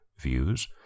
views